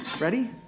Ready